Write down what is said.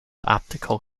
optical